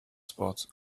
spot